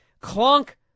Clunk